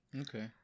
Okay